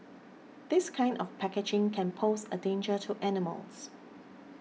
this kind of packaging can pose a danger to animals